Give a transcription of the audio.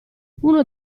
uno